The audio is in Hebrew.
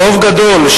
רוב גדול,